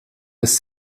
ist